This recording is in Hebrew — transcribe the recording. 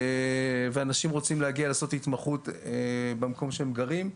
ואנשים רוצים להגיע ולעשות התמחות במקום שהם גרים,